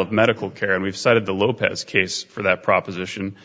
of medical care and we've cited the little pez case for that proposition